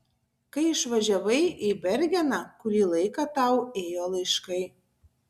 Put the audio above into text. kai išvažiavai į bergeną kurį laiką tau ėjo laiškai